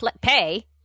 pay